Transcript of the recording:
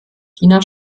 china